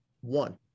One